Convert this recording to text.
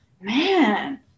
man